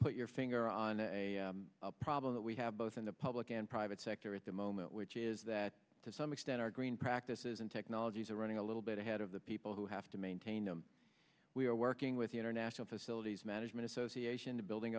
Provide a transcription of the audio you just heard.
put your finger on a problem that we have both in the public and private sector at the moment which is that to some extent our green practices and technologies are running a little bit ahead of the people who have to maintain them we are working with the international facilities management association the building